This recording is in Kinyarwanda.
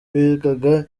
bigaga